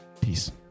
Peace